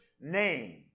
name